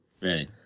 Ready